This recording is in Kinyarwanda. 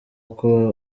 uko